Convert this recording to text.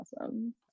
awesome